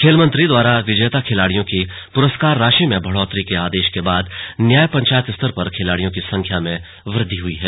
खेल मंत्री द्वारा विजेता खिलाड़ियों के पुरस्कार राशि में बढ़ोत्तरी के आदेश के बाद न्याय पंचायत स्तर पर खिलाड़ियों की संख्या में वृद्वि हुई है